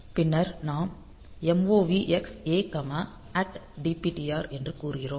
பின்னர் நாம் MOVX A dptr என்று கூறுகிறோம்